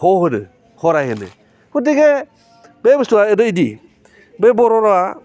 ह होनो हराय होनो गथिखे बे बुस्थुवा ओरैबायदि बे बर' रावा